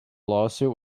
lawsuit